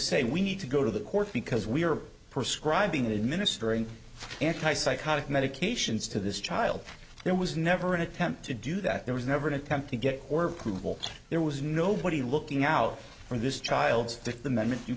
say we need to go to the court because we are prescribe being administering anti psychotic medications to this child there was never an attempt to do that there was never an attempt to get or cruel there was nobody looking out for this child's fifth amendment